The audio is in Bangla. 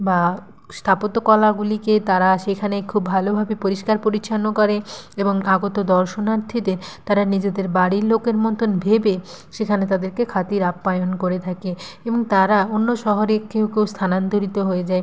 বা স্থাপত্যকলাগুলিকে তারা সেখানে খুব ভালোভাবে পরিষ্কার পরিচ্ছন্ন করে এবং আগত দর্শনার্থীদের তারা নিজেদের বাড়ির লোকের মতোন ভেবে সেখানে তাদেরকে খাতির আপ্যায়ন করে করে থাকে এবং তারা অন্য শহরে কেউ কেউ স্থানান্তরিত হয়ে যায়